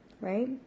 right